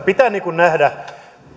pitää nähdä